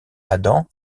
adam